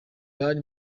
bari